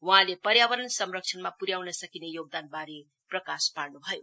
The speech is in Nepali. वहाँले पर्यावरण संरक्षणको निम्ति पुर्याउन सकिने योगदान वारे प्रकाश पार्नु भयो